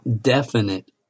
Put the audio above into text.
definite